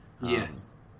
Yes